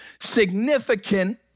significant